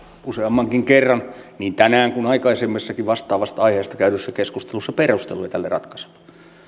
useammankin kerran niin tänään kuin aikaisemmassakin vastaavasta aiheesta käydyssä keskustelussa perusteluja tälle ratkaisulle